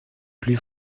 plus